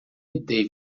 dei